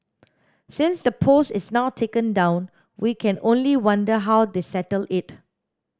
since the post is now taken down we can only wonder how they settled it